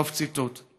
סוף ציטוט.